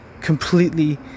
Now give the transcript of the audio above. completely